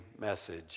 message